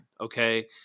Okay